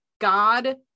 god